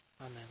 Amen